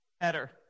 Better